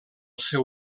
seu